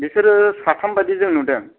बिसोरो साथाम बायदि जों नुदों